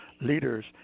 leaders